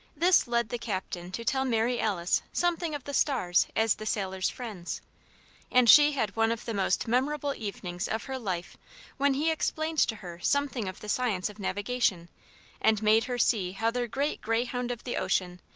this led the captain to tell mary alice something of the stars as the sailors' friends and she had one of the most memorable evenings of her life when he explained to her something of the science of navigation and made her see how their great greyhound of the ocean,